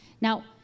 Now